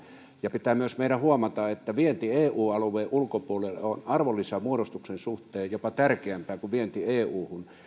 meidän pitää myös huomata että vienti eu alueen ulkopuolelle on arvonlisän muodostuksen suhteen jopa tärkeämpää kuin vienti euhun